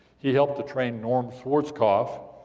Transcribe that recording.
he helped to train norm schwarzkopf,